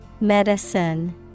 Medicine